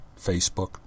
Facebook